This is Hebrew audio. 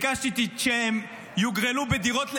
ביקשתי שהם יוגרלו בדירות?